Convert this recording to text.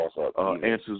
answers